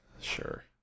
sure